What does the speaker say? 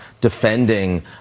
defending